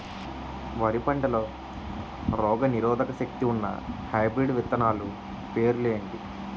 వరి పంటలో రోగనిరోదక శక్తి ఉన్న హైబ్రిడ్ విత్తనాలు పేర్లు ఏంటి?